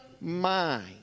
mind